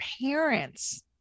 parents